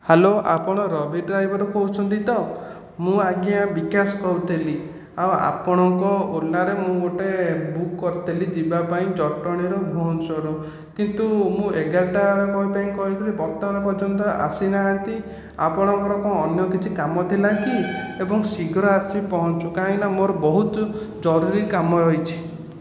hello ଆପଣ Ravi driver କହୁଛନ୍ତି ତ ମୁଁ ଆଜ୍ଞା ବିକାଶ କହୁଥିଲି ଆଉ ଆପଣଙ୍କର ଓଲାରେ ମୁଁ ଗୋଟିଏ ବୁକ କରିଥିଲି ଯିବା ପାଇଁ ଜଟଣୀରୁ ଭୁବନେଶ୍ୱର କିନ୍ତୁ ମୁଁ ଏଗାରଟା ପାଇଁ କହିଥିଲି ବର୍ତ୍ତମାନ ପର୍ଯ୍ୟନ୍ତ ଆସିନାହାନ୍ତି ଆପଣଙ୍କର କ'ଣ ଅନ୍ୟ କିଛି କାମ ଥିଲା କି ଏବଂ ଶୀଘ୍ର ଆସି ପହଞ୍ଚ କାହିଁକି ନା ମୋର ବହୁତ ଜରୁରୀ କାମ ରହିଛି